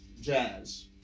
Jazz